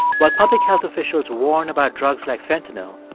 what public health officials warn about drugs like fentanyl,